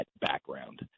background